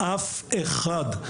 אף אחד,